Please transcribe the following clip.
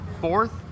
fourth